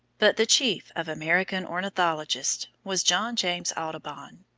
but the chief of american ornithologists was john james audubon.